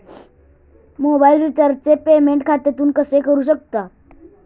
Mobile रिचार्जचे payment खात्यातून कसे करू शकतो?